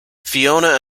fiona